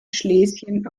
schlesien